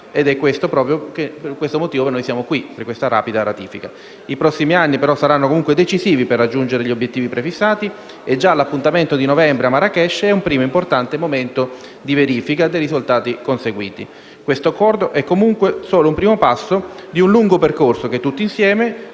ad una rapida ratifica e per questo motivo siamo qui: proprio per questa rapida ratifica. I prossimi anni saranno decisivi per raggiungere gli obiettivi prefissati e già l'appuntamento di novembre a Marrakech è un primo importante momento di verifica dei risultati conseguiti. Questo accordo è comunque solo il primo passo di un lungo percorso che tutti insieme,